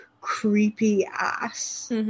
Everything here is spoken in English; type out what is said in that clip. creepy-ass